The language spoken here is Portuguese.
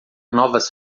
novas